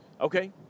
Okay